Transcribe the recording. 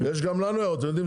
יש גם לנו הערות אתם יודעים,